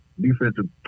defensive